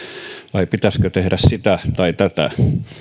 vai pitäisikö tehdä sitä tai tätä